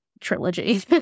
trilogy